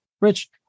Rich